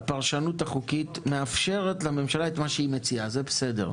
שהפרשנות החוקית מאפשרת לממשלה את מה שהיא מציעה זה בסדר.